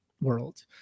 world